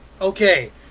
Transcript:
okay